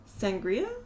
sangria